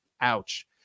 Ouch